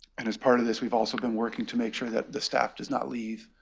and as part of this, we've also been working to make sure that the staff does not leave